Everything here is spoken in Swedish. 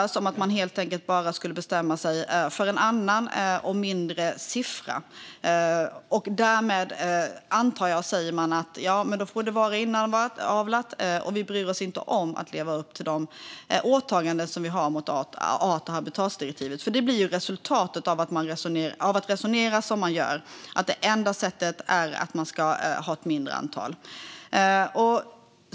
Det sägs här att man helt enkelt bara skulle bestämma sig för en annan och mindre siffra och därmed, antar jag, säga: Ja, men då får det vara inavlat, och vi bryr oss inte om att leva upp till de åtaganden som vi har enligt art och habitatdirektivet. Det är det som blir resultatet av att resonera som man gör, att det enda sättet är att man ska ha ett mindre antal.